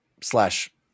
slash